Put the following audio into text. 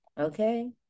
okay